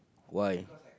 why